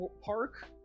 Park